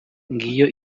ngiyo